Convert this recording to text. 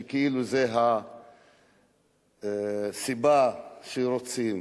שכאילו הוא הסיבה שרוצים.